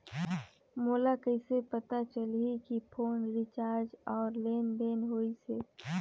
मोला कइसे पता चलही की फोन रिचार्ज और लेनदेन होइस हे?